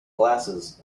glasses